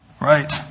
Right